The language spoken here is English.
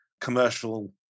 commercial